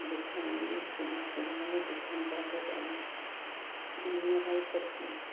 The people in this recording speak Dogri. दिक्खन आह्नियै स्कूलें स्कूलें दिक्खन चैक करन आह्नियै भई पढ़दे